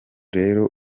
rero